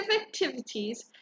activities